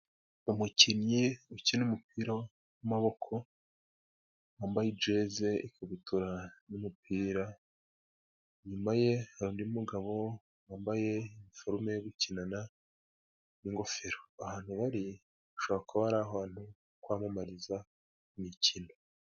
Umukinnyi ukina umupira w'amaboko, wambaye ijezi, ikabutura, n'umupira. Inyuma ge hari undi mugabo wambaye iforume yo gukinana n'ingofero. Ahantu bari, hashobora kuba ari ahantu ho kwamamariza imikino.